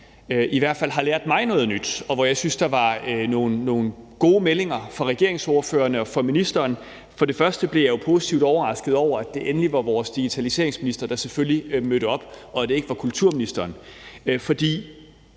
i hvert fald har lært mig noget nyt, og hvor jeg synes, der var nogle gode meldinger fra regeringsordførerne og fra ministeren. Først og fremmest blev jeg jo positivt overrasket over, at det endelig var vores digitaliseringsminister, der selvfølgelig mødte op, og at det ikke var kulturministeren. For